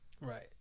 Right